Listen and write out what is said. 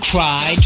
Cry